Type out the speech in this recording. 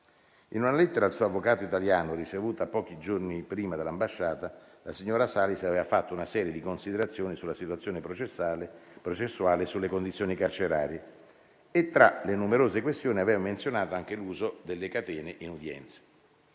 In una lettera al suo avvocato italiano, ricevuta pochi giorni prima dall'ambasciata, la signora Salis aveva fatto una serie di considerazioni sulla situazione processuale e sulle condizioni carcerarie, e tra le numerose questioni aveva menzionato anche l'uso delle catene in udienza.